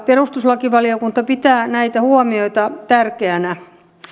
perustuslakivaliokunta pitää näitä huomioita tärkeinä